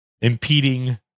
impeding